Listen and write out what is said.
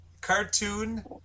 cartoon